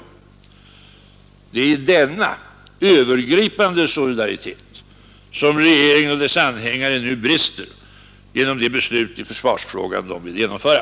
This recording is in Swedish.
Det är i denna övergripande solidaritet som regeringen och dess anhängare nu brister genom det beslut i försvarsfrågan de vill genomföra.